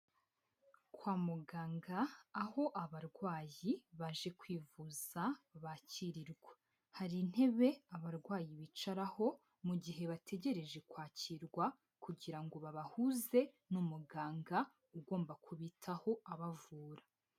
Kwa muganga aho abarwayi baje kwivuza bakirirwa, hari intebe abarwayi bicaraho mu gihe bategereje kwakirwa kugira ngo babahuze n'umuganga ugomba kubitaho abavura.